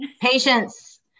Patience